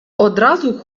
одразу